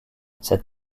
cette